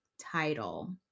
title